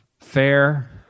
Fair